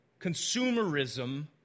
consumerism